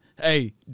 hey